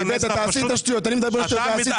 שטויות.